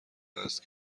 هست